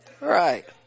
Right